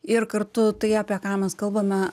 ir kartu tai apie ką mes kalbame